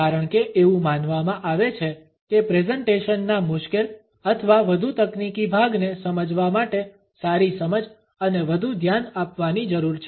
કારણ કે એવું માનવામાં આવે છે કે પ્રેઝેંટેશન ના મુશ્કેલ અથવા વધુ તકનીકી ભાગને સમજવા માટે સારી સમજ અને વધુ ધ્યાન આપવાની જરૂર છે